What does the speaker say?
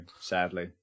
sadly